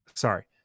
Sorry